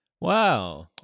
wow